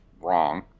wrong